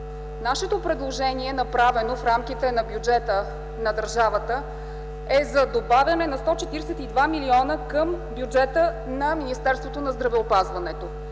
Нашето предложение, направено в рамките на бюджета на държавата, е за добавяне на 142 милиона към бюджета на Министерството на здравеопазването.